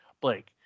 Blake